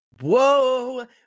Whoa